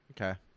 Okay